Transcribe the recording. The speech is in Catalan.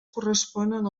corresponen